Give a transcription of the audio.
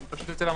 היא אצל המנכ"ל.